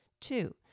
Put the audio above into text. Two